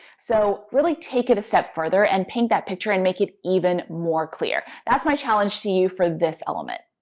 so really take it a step further and paint that picture and make it even more clear. that's my challenge to you for this element.